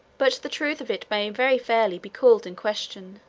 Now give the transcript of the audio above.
but the truth of it may very fairly be called in question.